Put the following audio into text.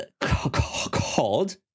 called